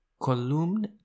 Column